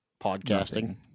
Podcasting